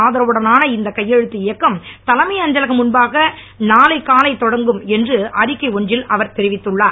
ஆதரவுடனான இந்த கையெழுத்து இயக்கம் தலைமை அஞ்சலகம் முன்பாக நாளை காலை தொடங்கும் என்று அறிக்கை ஒன்றில் அவர் தெரிவித்துள்ளார்